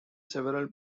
several